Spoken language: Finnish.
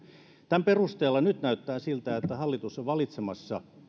tämän perusteella nyt näyttää siltä että hallitus on valitsemassa